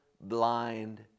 blind